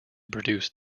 produce